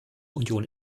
union